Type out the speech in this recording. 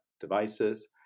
devices